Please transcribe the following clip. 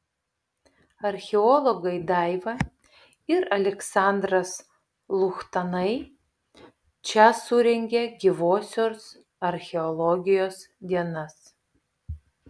archeologai daiva ir aleksandras luchtanai čia surengė gyvosios archeologijos dienas